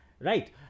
Right